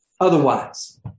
otherwise